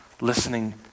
listening